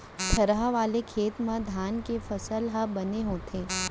थरहा वाले खेत म धान के फसल ह बने होथे